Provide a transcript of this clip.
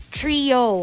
trio